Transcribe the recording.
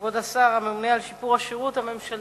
כבוד השר הממונה על שיפור השירות הממשלתי,